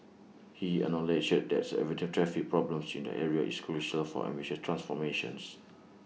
he acknowledged that averting traffic problems in the area is crucial for ambitious transformations